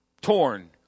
torn